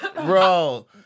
bro